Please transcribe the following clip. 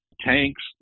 tanks